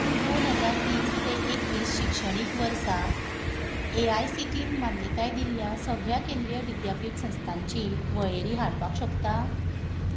तूं दोन हजार वीस ते एकवीस शिक्षणीक वर्सा ए आय सी टीन मान्यताय दिल्ल्या सगळ्या केंद्रीय विद्यापीठ संस्थांची वळेरी हाडपाक शकता